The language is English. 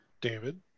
David